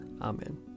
Amen